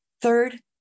Third